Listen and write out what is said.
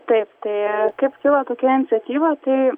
taip tai kaip kilo tokia iniciatyva tai